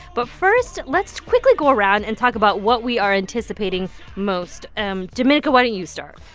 but first, let's quickly go around and talk about what we are anticipating most. um domenico, why don't you start?